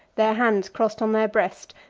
their hands crossed on their breast,